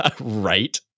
Right